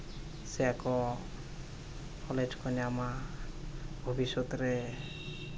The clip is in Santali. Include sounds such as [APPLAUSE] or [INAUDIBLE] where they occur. ᱥᱮᱠᱚ [UNINTELLIGIBLE] ᱧᱟᱢᱟ ᱵᱷᱚᱵᱤᱥᱥᱚᱛ ᱨᱮ